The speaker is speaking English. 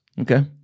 okay